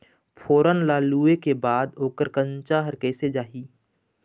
फोरन ला लुए के बाद ओकर कंनचा हर कैसे जाही?